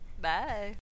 Bye